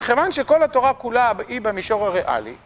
כיוון שכל התורה כולה היא במישור הריאלי.